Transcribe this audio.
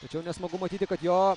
tačiau nesmagu matyti kad jo